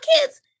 kids